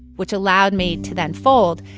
which allowed me to then fold.